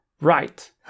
Right